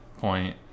point